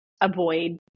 Avoid